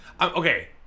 okay